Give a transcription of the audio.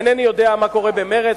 אינני יודע מה קורה במרצ.